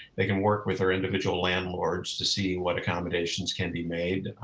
they can work with their individual landlords to see what accommodations can be made.